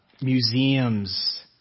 museums